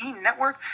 Network